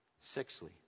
Sixthly